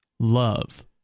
Love